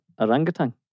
Orangutan